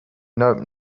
nope